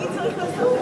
מי צריך לעשות את זה?